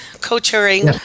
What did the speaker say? co-chairing